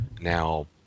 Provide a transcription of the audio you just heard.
Now